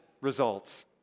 results